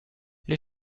les